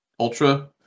Ultra